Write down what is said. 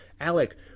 Alec